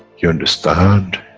you understand,